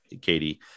Katie